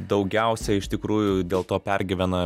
daugiausia iš tikrųjų dėl to pergyvena